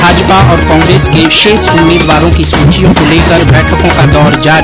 भाजपा और कांग्रेस के शेष उम्मीदवारों की सूचियों को लेकर बैठकों के दौर जारी